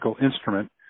Instrument